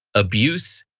abuse,